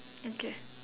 okay